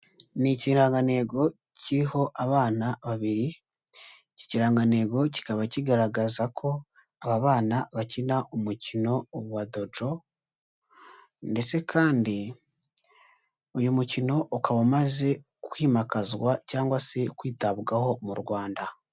Ni ikirangantego kiriho abana babiri, iki ikirangantego kikaba kigaragaza ko aba bana bakina umukino wa dojo ndetse kandi uyu mukino ukaba umaze kwimakazwa cyangwa se kwitabwaho mu Rwanda.